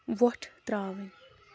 وۄٹھ ترٛاوٕنۍ